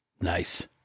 Nice